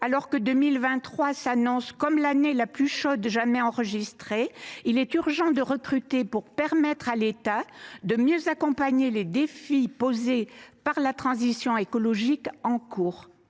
alors que 2023 s’annonce comme l’année la plus chaude jamais enregistrée, il est urgent de recruter pour permettre à l’État de mieux accompagner le traitement des défis posés par la transition écologique en cours.